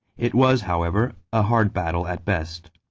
it was, however, a hard battle at best.